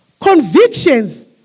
Convictions